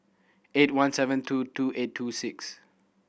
eight one seven two two eight two six